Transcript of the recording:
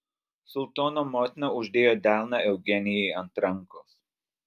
sultono motina uždėjo delną eugenijai ant rankos